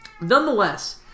Nonetheless